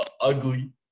ugly